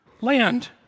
Land